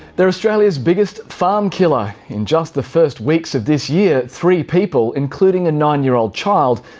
they're australia's biggest farm killer. in just the first weeks of this year, three people, including a nine-year-old child,